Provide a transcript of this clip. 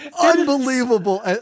Unbelievable